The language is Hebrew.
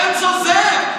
גנץ עוזב,